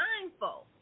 mindful